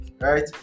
right